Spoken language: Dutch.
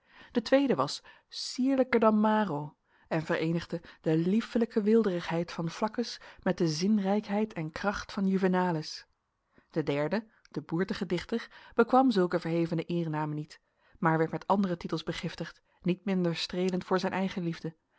de tweede was sierlijker dan maro en vereenigde de liefelijke weelderigheid van flaccus met de zinrijkheid en kracht van juvenalis de derde de boertige dichter bekwam zulke verhevene eernamen niet maar werd met andere titels begiftigd niet minder streelend voor zijn eigenliefde